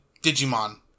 Digimon